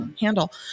handle